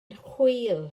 chwil